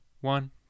one